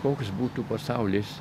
koks būtų pasaulis